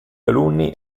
alunni